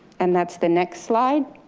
and that's the next slide,